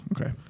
Okay